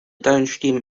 downstream